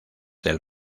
del